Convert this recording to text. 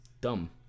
dumb